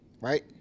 right